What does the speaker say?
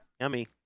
yummy